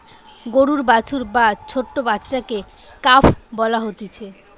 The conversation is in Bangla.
গরুর বাছুর বা ছোট্ট বাচ্চাকে কাফ বলা হতিছে